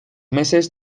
meses